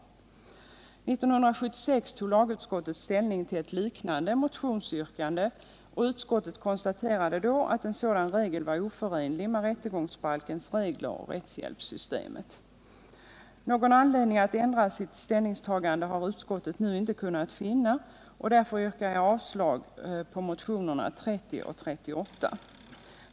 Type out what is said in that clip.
1976 tog lagutskottet ställning till ett liknande motionsyrkande, och utskottet konstaterade då att en sådan regel var oförenlig med rättegångsbalkens regler och rättshjälpssystemet. Någon anledning att ändra sitt ställningstagande har utskottet nu inte kunnat finna, och jag yrkar därför avslag på motionerna 30 och 38.